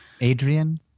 Adrian